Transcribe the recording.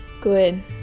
Good